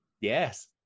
Yes